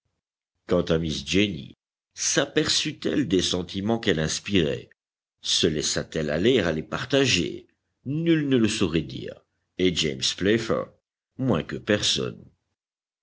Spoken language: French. quant à miss jenny saperçut elle des sentiments qu'elle inspirait se laissa t elle aller à les partager nul ne le saurait dire et james playfair moins que personne